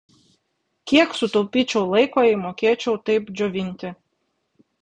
kiek sutaupyčiau laiko jei mokėčiau taip džiovinti